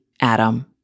Adam